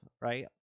right